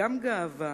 גם גאווה.